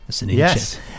Yes